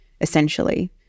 essentially